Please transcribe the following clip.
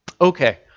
Okay